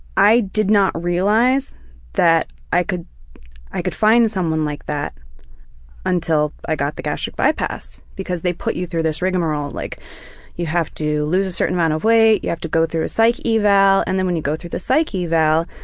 i did not realize that i could i could find someone like that until i got the gastric bypass, because they put you through this rigamaroll, like you have to lose a certain amount of weight, you have to go through a psych eval, and when you go through the psych eval